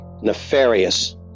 nefarious